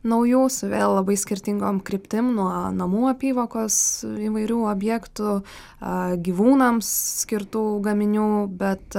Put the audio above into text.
naujų su vėl labai skirtingom kryptim nuo namų apyvokos įvairių objektų a gyvūnams skirtų gaminių bet